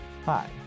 Hi